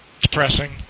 Depressing